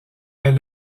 est